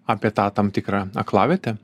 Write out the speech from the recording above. apie tą tam tikrą aklavietę